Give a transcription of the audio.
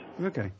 Okay